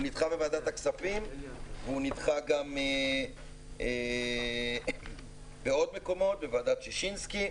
הוא נדחה בוועדת הכספים ובעוד מקומות בוועדת ששינסקי.